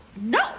no